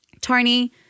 Tony